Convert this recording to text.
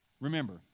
remember